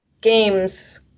games